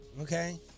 Okay